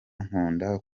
nkunda